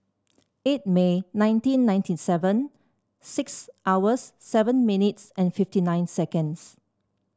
eight May nineteen ninety seven six hours seven minutes and fifty nine seconds